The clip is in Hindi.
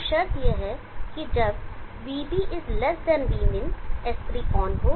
तो शर्त यह है कि जब VB Vmin S3 ऑन हो